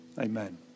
Amen